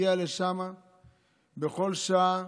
מגיע לשם בכל שעה,